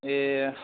ए